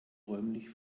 räumlich